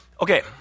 okay